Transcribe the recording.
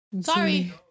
Sorry